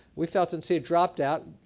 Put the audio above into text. we felt since he had dropped out,